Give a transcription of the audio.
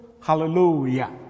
hallelujah